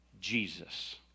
Jesus